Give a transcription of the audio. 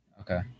Okay